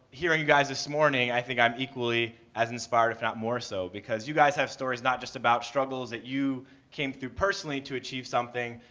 hearing guys this morning, i think i am equally as inspired if not more so, because you guys have stories not just about struggles that you came through personally to achieve something,